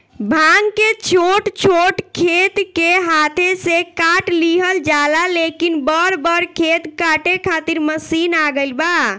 भांग के छोट छोट खेत के हाथे से काट लिहल जाला, लेकिन बड़ बड़ खेत काटे खातिर मशीन आ गईल बा